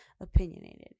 opinionated